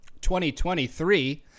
2023